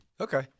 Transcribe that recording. Okay